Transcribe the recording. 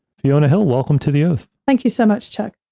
fiona hill, welcome to the oath. thank you so much, chuck.